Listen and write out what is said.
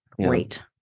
Great